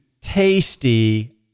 Tasty